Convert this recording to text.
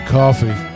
coffee